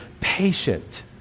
patient